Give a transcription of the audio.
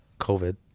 COVID